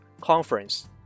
Conference